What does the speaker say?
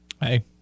Hey